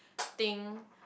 think